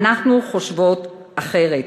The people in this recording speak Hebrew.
אנחנו חושבות אחרת.